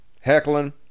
Heckling